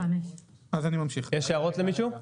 יש הערות למישהו?